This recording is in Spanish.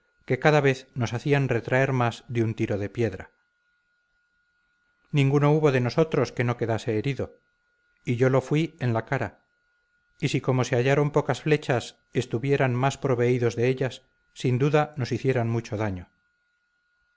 que cada vez nos hacían retraer más de un tiro de piedra ninguno hubo de nosotros que no quedase herido y yo lo fui en la cara y si como se hallaron pocas flechas estuvieran más proveídos de ellas sin duda nos hicieran mucho daño